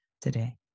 today